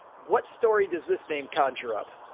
what story does this name? conjure up?